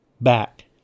back